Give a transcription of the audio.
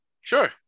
Sure